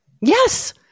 Yes